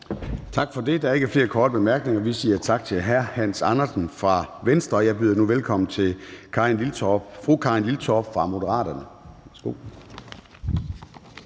Tak for det. Der er ingen korte bemærkninger. Vi siger tak til hr. Hans Andersen fra Venstre. Jeg byder nu velkommen til fru Karin Liltorp fra Moderaterne.